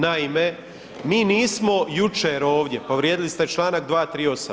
Naime, mi nismo jučer ovdje, povrijedili ste članak 238.